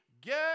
get